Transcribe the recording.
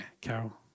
Carol